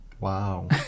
Wow